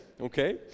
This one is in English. Okay